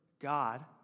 God